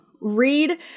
read